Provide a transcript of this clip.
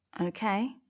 Okay